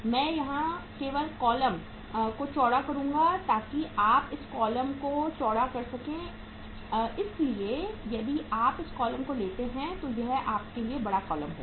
मैं यहां केवल कॉलम को चौड़ा करूंगा ताकि आप यहां कॉलम को चौड़ा कर सकें इसलिए यदि आप इस कॉलम को लेते हैं तो यह आपके लिए बड़ा कॉलम होगा